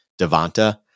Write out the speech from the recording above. Devonta